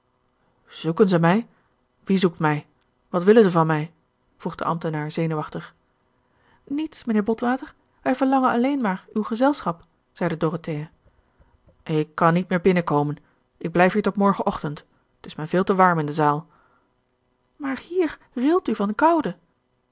zoeken ze mij wie zoekt mij wat willen ze van mij vroeg de ambtenaar zenuwachtig niets mijnheer botwater wij verlangen alleen maar uw gezelschap zeide dorothea ik kan niet meer binnenkomen ik blijf hier tot morgen ochtend t is mij veel te warm in de zaal maar hier rilt u van koude